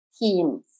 teams